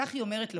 כך היא אומרת לו,